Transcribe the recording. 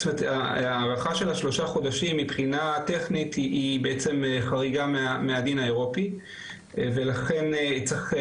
מבחינה פרוצדורלית ועדת החריגים צריכה